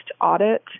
audit